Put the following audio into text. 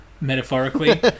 metaphorically